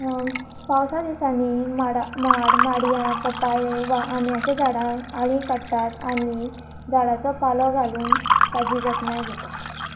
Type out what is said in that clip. पावसा दिसांनी माडा माड माडया पपायो वा आंब्याच्या झाडां आळी काडटात आनी झाडाचो पालो घालून ताची जतनाय घेतात